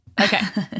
Okay